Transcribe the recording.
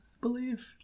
believe